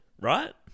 right